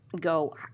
go